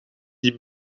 die